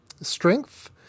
strength